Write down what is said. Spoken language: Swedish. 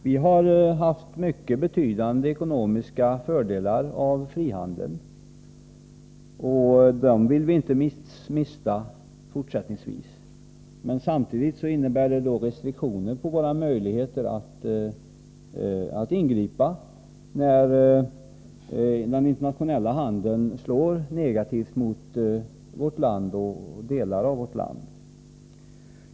Vi har haft mycket betydande ekonomiska fördelar av frihandeln, och den vill vi inte mista. Men samtidigt innebär frihandeln restriktioner för våra möjligheter att ingripa när den internationella handeln slår negativt mot delar i vårt land.